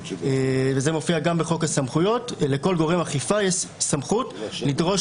וזה גם מופיע בחוק הסמכויות לכל גורם אכיפה יש סמכות לדרוש